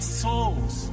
souls